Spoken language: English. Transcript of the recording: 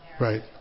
Right